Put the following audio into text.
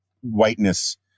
whiteness